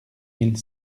mille